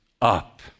up